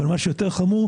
אבל מה שיותר חמור,